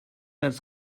else